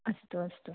अस्तु अस्तु